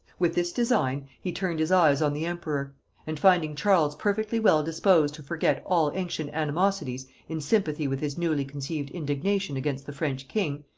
with this design he turned his eyes on the emperor and finding charles perfectly well disposed to forget all ancient animosities in sympathy with his newly-conceived indignation against the french king,